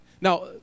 Now